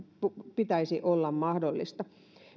pitäisi olla mahdollista